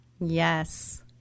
Yes